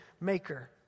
maker